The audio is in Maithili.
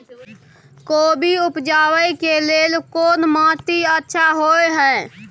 कोबी उगाबै के लेल कोन माटी अच्छा होय है?